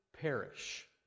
perish